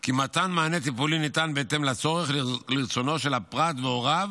כי מתן מענה טיפולי ניתן בהתאם לצורך ולרצונו של הפרט והוריו